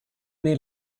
their